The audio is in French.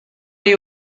les